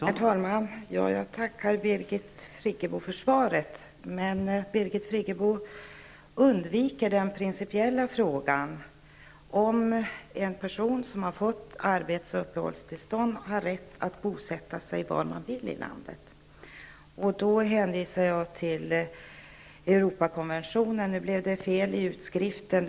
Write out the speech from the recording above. Herr talman! Jag tackar Birgit Friggebo för svaret. Men Birgit Friggebo undviker den principiella frågan, om en person som har fått arbets och uppehållstillstånd har rätt att bosätta sig var i landet han eller hon vill. Jag hänvisade till Europakonventionen. Det blev fel i utskriften.